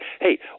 Hey